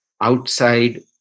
outside